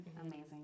Amazing